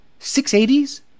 680s